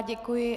Děkuji.